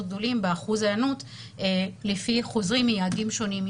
גדולים באחוז ההיענות לפי חוזרים מיעדים שונים.